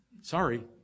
Sorry